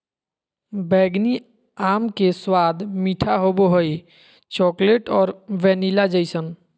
बैंगनी आम के स्वाद मीठा होबो हइ, चॉकलेट और वैनिला जइसन